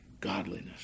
godliness